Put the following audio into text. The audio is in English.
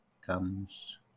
comes